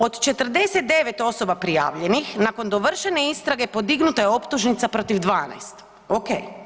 Od 49 osoba prijavljenih nakon dovršene istraga podignuta je optužnica protiv 12, ok.